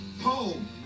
home